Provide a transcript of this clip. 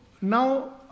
now